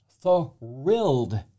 thrilled